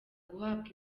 guhabwa